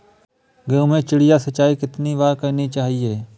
गेहूँ में चिड़िया सिंचाई कितनी बार करनी चाहिए?